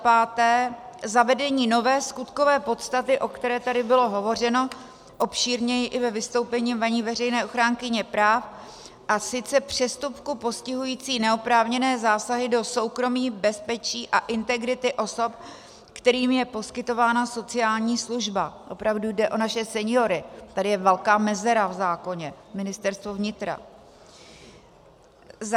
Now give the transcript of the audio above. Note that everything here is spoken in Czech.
5. zavedení nové skutkové podstaty, o které tady bylo hovořeno obšírněji i ve vystoupení paní veřejné ochránkyně práv, a sice přestupku postihujícího neoprávněné zásahy do soukromí, bezpečí a integrity osob, kterým je poskytována sociální služba opravdu jde o naše seniory, tady je velká mezera v zákoně Ministerstvo vnitra;